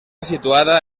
situada